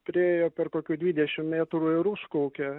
priėjo per kokių dvidešim metrų ir užkaukė